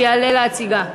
שיעלה להציגה.